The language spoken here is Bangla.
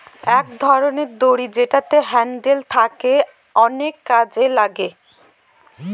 এক ধরনের দড়ি যেটাতে হ্যান্ডেল থাকে অনেক কাজে লাগে